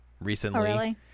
recently